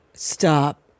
stop